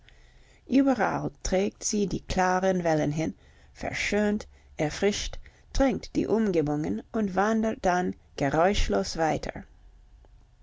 überall trägt sie die klaren wellen hin verschönt erfrischt tränkt die umgebungen und wandert dann geräuschlos weiter